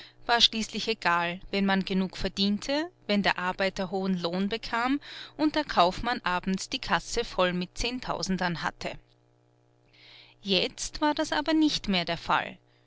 war schließlich egal wenn man genug verdiente wenn der arbeiter hohen lohn bekam und der kaufmann abends die kasse voll mit zehntausendern hatte jetzt war das aber nicht mehr der fall